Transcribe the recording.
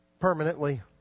Permanently